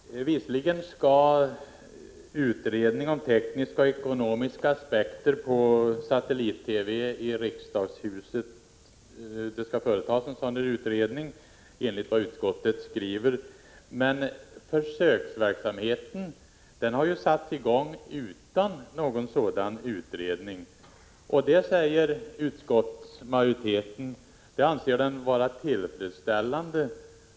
Herr talman! Visserligen skall en utredning företas om tekniska och ekonomiska aspekter på satellit-TV i riksdagshuset, men försöksverksamheten har satts i gång utan någon sådan utredning. Utskottsmajoriteten anser detta vara tillfredsställande.